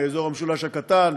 מאזור המשולש הקטן,